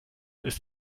ist